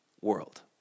world